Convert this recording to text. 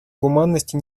гуманности